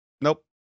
Nope